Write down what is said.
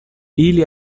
ili